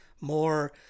more